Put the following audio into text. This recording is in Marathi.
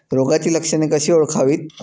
रोगाची लक्षणे कशी ओळखावीत?